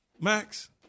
Max